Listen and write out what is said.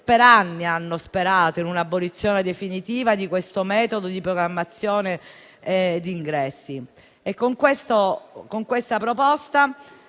per anni hanno sperato in un'abolizione definitiva di questo metodo di programmazione di ingressi.